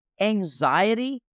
Anxiety